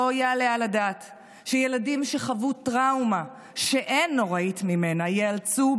לא יעלה על הדעת שילדים שחוו טראומה שאין נוראית ממנה ייאלצו,